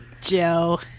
Joe